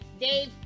Dave